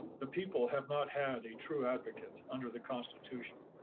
the people have not had a true advocate under the constitution,